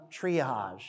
triage